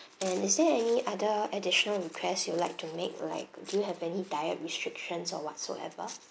and is there any other additional request you would like to make like do you have any diet restrictions or whatsoever